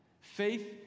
faith